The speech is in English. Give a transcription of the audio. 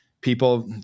people